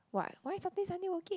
what why Saturday Sunday working